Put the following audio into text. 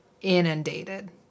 inundated